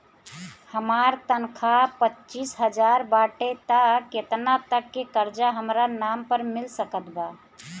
हमार तनख़ाह पच्चिस हज़ार बाटे त केतना तक के कर्जा हमरा नाम पर मिल सकत बा?